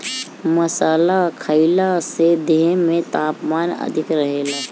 मसाला खईला से देह में तापमान ठीक रहेला